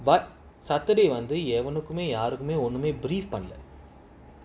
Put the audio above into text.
but saturday வந்துஎவனுக்கேயாருக்குமேஒண்ணுமே:vandhu evanukume yarukume onnume brief பண்ணல:pannala